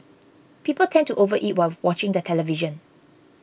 people tend to overeat while watching the television